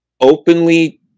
openly